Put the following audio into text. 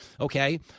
Okay